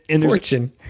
Fortune